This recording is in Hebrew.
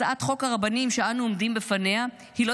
הצעת חוק הרבנים שאנו עומדים בפניה היא לא